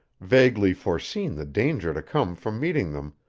vaguely foreseen the danger to come from meeting them,